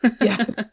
Yes